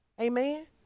Amen